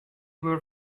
were